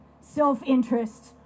self-interest